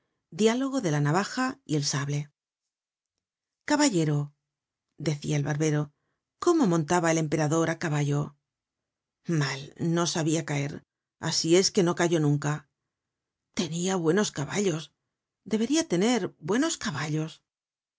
diálogo de la navaja y el sable caballero decia el barbero cómo montaba el emperador á caballo mal no sabia caer asi es que no cayó nunca tenia buenos caballos deberia tener buenos caballos